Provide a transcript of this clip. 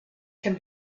can